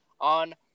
on